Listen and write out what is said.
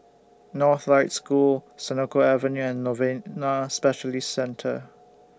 Northlight School Senoko Avenue and Novena Specialist Centre